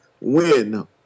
win